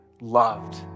loved